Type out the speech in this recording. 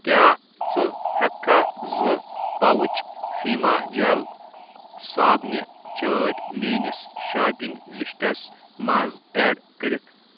کیٛاہ ژٕ ہٮ۪کٕکھا زٕ پاؤُچ فیٖما جل صابنہِ چٲٹۍ میٛٲنِس شاپِنٛگ لِسٹَس منٛز ایٚڈ کٔرِتھ